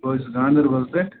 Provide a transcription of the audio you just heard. بہٕ حظ چھُس گاندَربَل پٮ۪ٹھ